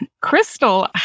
Crystal